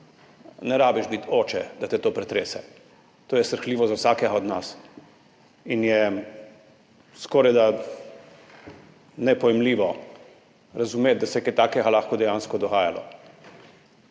Ne treba biti oče, da te to pretrese. To je srhljivo za vsakega od nas in je skorajda nepojmljivo razumeti, da se je kaj takega lahko dejansko dogajalo.